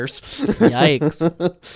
Yikes